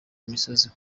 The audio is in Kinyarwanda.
imisozi